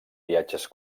viatges